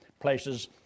places